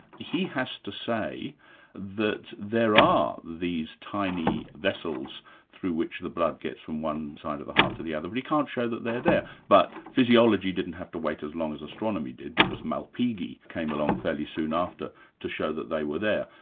he has to say that there are these tiny vessels through which the blood gets from one side of the heart to the other, we can't show that they're there, but physiology didn't have to wait as long as astronomy did because malpighi came along fairly soon after to show that they were there.